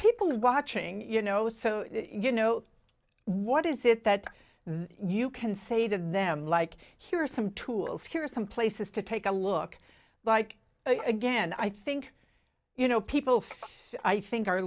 people have botching you know so you know what is it that you can say to them like here are some tools here some places to take a look like again i think you know people i think